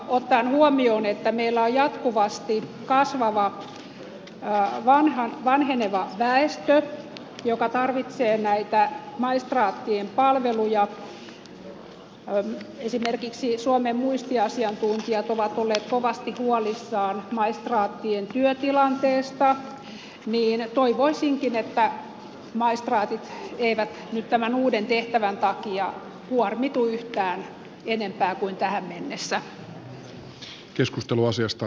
ottaen huomioon että meillä on jatkuvasti kasvava vanheneva väestö joka tarvitsee näitä maistraattien palveluita esimerkiksi suomen muistiasiantuntijat ovat olleet kovasti huolissaan maistraattien työtilanteesta toivoisinkin että maistraatit eivät nyt tämän uuden tehtävän takia kuormitu yhtään enempää kuin tähän mennessä